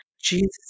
Jesus